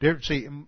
See